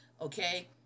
okay